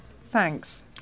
Thanks